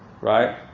right